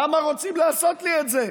למה רוצים לעשות לי את זה?